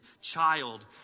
child